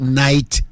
night